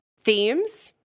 themes